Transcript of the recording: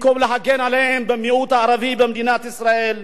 במקום להגן עליהן, במיעוט הערבי במדינת ישראל,